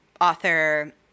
author